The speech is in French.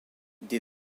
des